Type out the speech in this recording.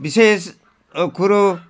विशेष कुरो